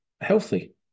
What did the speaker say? healthy